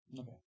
Okay